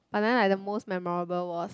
but then I the most memorable was